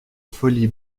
folie